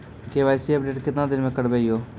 KYC update केतना दिन मे करेबे यो?